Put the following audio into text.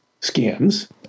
scams